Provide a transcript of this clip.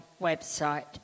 website